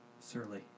Surly